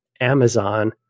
Amazon